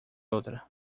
outra